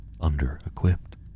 under-equipped